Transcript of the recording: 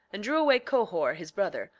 and drew away cohor his brother,